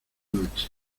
noche